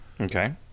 Okay